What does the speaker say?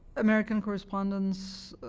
american correspondents